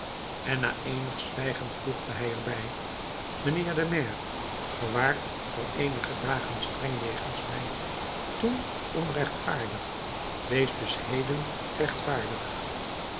en na eenig zwijgen voegde hij er bij mijnheer de maire ge waart voor eenige dagen streng jegens mij toen onrechtvaardig wees dus heden rechtvaardig